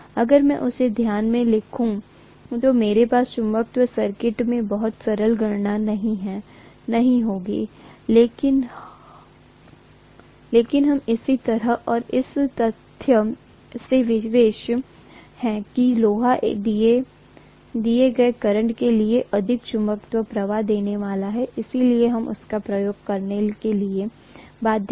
अगर मैं इसे ध्यान में रखूं तो मेरे पास चुंबकीय सर्किट में बहुत सरल गणना नहीं होगी लेकिन हम इस तरह और इस तथ्य से विवश हैं कि लोहा दिए गए करंट के लिए अधिक चुंबकीय प्रवाह देने वाला है इसलिए हम इसका उपयोग करने के लिए बाध्य हैं